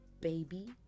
baby